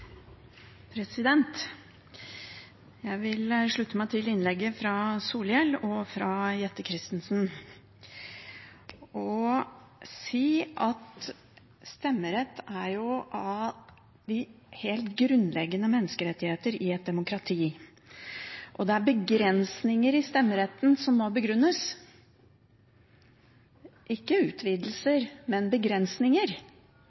Jeg vil slutte meg til innleggene fra Solhjell og Jette Christensen og si at stemmerett er en av de helt grunnleggende menneskerettigheter i et demokrati, og det er begrensninger i stemmeretten som må begrunnes – ikke